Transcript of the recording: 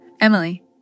Emily